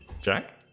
Jack